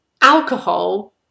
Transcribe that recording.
Alcohol